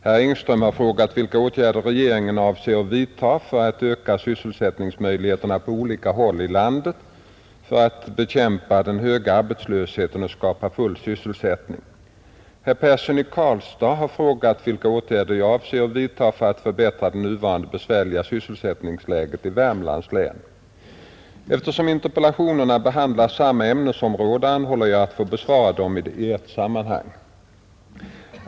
Herr Persson i Karlstad har frågat vilka åtgärder jag avser att vidta för att förbättra det nuvarande besvärliga sysselsättningsläget i Värmlands län. Eftersom interpellationerna behandlar samma ämnesområde anhåller jag att få besvara dem i ett sammanhang.